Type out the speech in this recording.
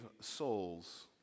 souls